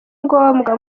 ngombwa